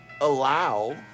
allow